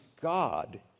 God